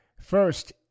First